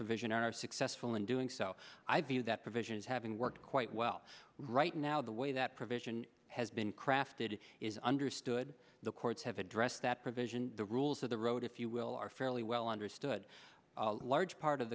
provision are successful in doing so i view that provision as having worked quite well right now the way that provision has been crafted is understood the courts have addressed that provision the rules of the road if you will are fairly well understood a large part of